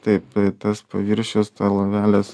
taip tas paviršius ta lovelės